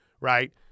right